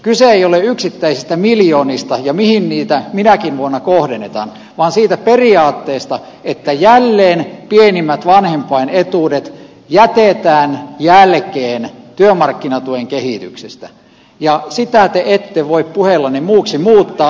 kyse ei ole yksittäisistä miljoonista eikä siitä mihin niitä minäkin vuonna kohdennetaan vaan siitä periaatteesta että jälleen pienimmät vanhempainetuudet jätetään jälkeen työmarkkinatuen kehityksestä ja sitä te ette voi puheillanne muuksi muuttaa